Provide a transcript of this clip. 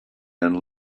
and